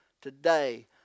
Today